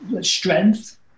Strength